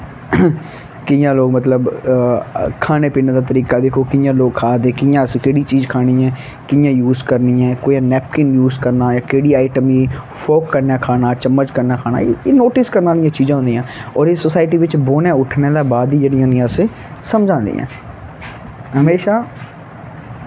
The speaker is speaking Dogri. कि'यां लोग मतलब खाने पीने दा तरीका ऐ कि'यां लोक खा दे कि'यां असें केह्ड़ी चीज़ खानी ऐ कि'यां यूस करनी ऐ कियां नैपकीन यूस करना केह्ड़ी आईटम गी फोक कन्नै खाना चम्मच कन्नै खाना एह् नोटिस करने आह्लियां चीजां होंदियां होर एह् सोसाईटी बिच्च बौहने उट्ठने दे बाद गै जेह्ड़ियां होंदियां अस समझ आंदी ऐ हमेशा